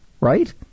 right